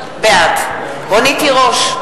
בעד רונית תירוש,